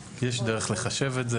יש דרך לחשב את זה.